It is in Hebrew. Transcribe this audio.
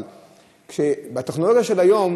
אבל בטכנולוגיה של היום,